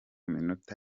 minota